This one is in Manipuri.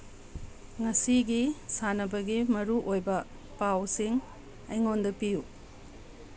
ꯉꯁꯤꯒꯤ ꯁꯥꯟꯅꯕꯒꯤ ꯃꯔꯨꯑꯣꯏꯕ ꯄꯥꯎꯁꯤꯡ ꯑꯩꯉꯣꯟꯗ ꯄꯤꯌꯨ